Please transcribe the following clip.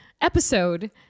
episode